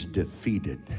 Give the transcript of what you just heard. defeated